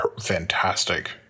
fantastic